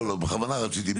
לא, בכוונה רציתי.